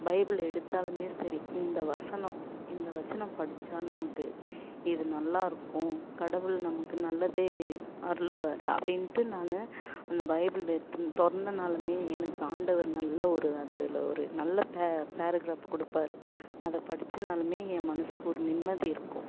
Bible எடுத்தாலுமே சரி இந்த வசனம் இந்த வச்சு நான் படித்தா நமக்கு இது நல்லாயிருக்கும் கடவுள் நமக்கு நல்லதே அருள்வாரு அப்படின்ட்டு நான் அந்த பைபிள் எடுத்து திறந்தனாலு மே எனக்கு ஆண்டவர் நல்ல ஒரு அதில் ஒரு நல்ல பே பேரக்ராஃப் கொடுப்பாரு அதை படிச்சோனாலுமே என் மனசுக்கு ஒரு நிம்மதி இருக்கும்